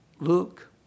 Look